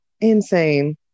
insane